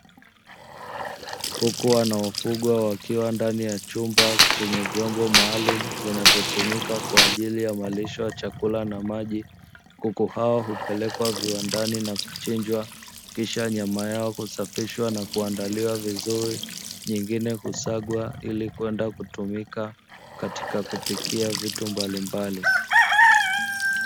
Kuku wanaofungwa wakiwa ndani ya chumba chenye vyombo maalumu vinavyotumika kwa ajili ya malisho chakula na maji. Kuku hao hupelekwa viwandani na kuchinjwa kisha nyama yao kusafishwa na kuandaliwa vizuri, nyingine husagwa ili kwenda kutumika katika kupikia vitu mbalimbali.